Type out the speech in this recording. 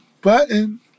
button